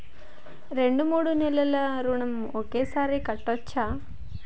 రెండు మూడు నెలల ఋణం ఒకేసారి కట్టచ్చా?